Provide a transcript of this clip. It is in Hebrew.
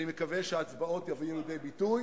אני מקווה שההצבעות יביאו לידי ביטוי.